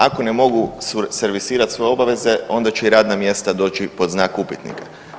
Ako ne mogu servisirati svoje obaveze onda će i radna mjesta doći pod znak upitnika.